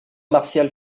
martiale